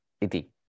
iti